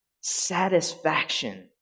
satisfaction